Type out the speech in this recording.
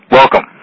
welcome